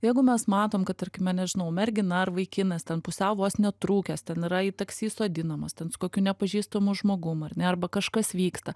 jeigu mes matom kad tarkime nežinau mergina ar vaikinas ten pusiau vos ne trūkęs ten yra į taksi įsodinamas ten su kokiu nepažįstamu žmogum ar ne arba kažkas vyksta